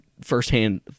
firsthand